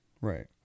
Right